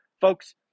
Folks